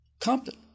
Compton